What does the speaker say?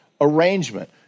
arrangement